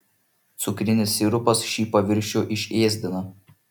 cukrinis sirupas šį paviršių išėsdina